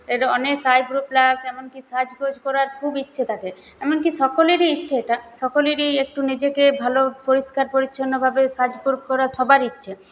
অনেক eyebrow pluck এমনকি সাজগোজ করার খুব ইচ্ছে থাকে এমনকি সকলেরই ইচ্ছে এটা সকলেরই একটু নিজেকে ভালো পরিষ্কার পরিচ্ছন্নভাবে সাজগোজ করার সবার ইচ্ছে